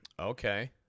Okay